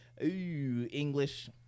English